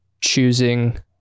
choosing